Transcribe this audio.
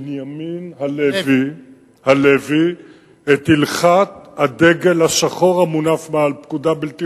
בנימין הלוי את הלכת הדגל השחור המונף מעל פקודה בלתי